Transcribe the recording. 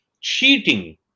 cheating